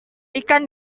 ikan